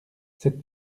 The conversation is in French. cette